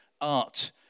Art